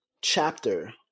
chapter